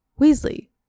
Weasley